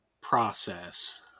process